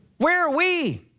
where are we?